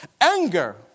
Anger